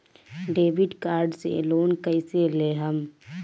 Debit card से loan कईसे लेहम?